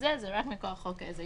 זה רק מכוח חוק עזר.